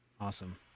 awesome